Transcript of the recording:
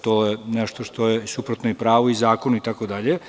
To je nešto što je suprotno pravu i zakonu itd.